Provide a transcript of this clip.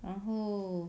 然后